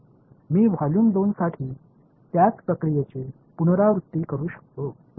मी volume 2 साठी त्याच प्रक्रियेची पुनरावृत्ती करू शकतो बरोबर